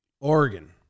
Oregon